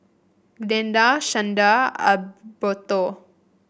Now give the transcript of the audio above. Glenda Shanda Adalberto